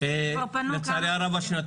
כבר פנו כמה פעמים.